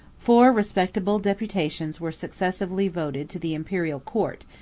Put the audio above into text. four respectable deputations were successively voted to the imperial court,